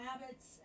habits